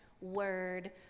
word